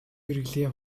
хэрэглээ